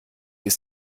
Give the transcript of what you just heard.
ist